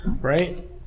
right